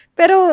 pero